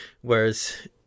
whereas